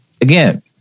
again